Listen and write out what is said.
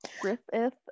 Griffith